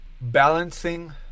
balancing